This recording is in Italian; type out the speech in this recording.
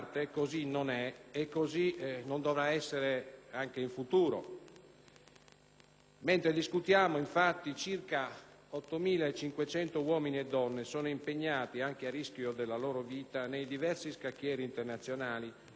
Mentre discutiamo, infatti, circa 8.500 uomini e donne sono impegnati, anche a rischio della propria vita, nei diversi scacchieri internazionali, caratterizzati da condizioni sempre critiche e particolarmente difficili.